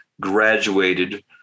graduated